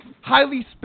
highly